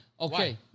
Okay